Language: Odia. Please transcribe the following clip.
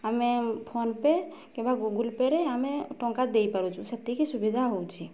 ଆମେ ଫୋନପେ କିବା ଗୁଗୁଲ୍ ପେରେ ଆମେ ଟଙ୍କା ଦେଇପାରୁଛୁ ସେତିକି ସୁବିଧା ହେଉଛି